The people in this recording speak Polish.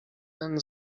ten